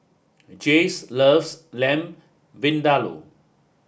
Jayce loves Lamb Vindaloo